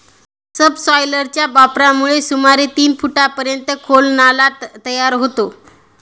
सबसॉयलरच्या वापरामुळे सुमारे तीन फुटांपर्यंत खोल नाला तयार होतो